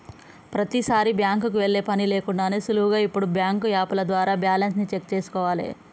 ప్రతీసారీ బ్యాంకుకి వెళ్ళే పని లేకుండానే సులువుగా ఇప్పుడు బ్యాంకు యాపుల ద్వారా బ్యాలెన్స్ ని చెక్ చేసుకోవాలే